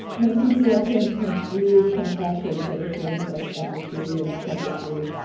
and i think we often confuse compassion with other things like empathy and sympathy.